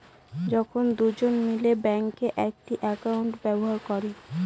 যখন দুজন মিলে ব্যাঙ্কে একটি একাউন্টের ব্যবস্থা করে